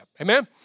Amen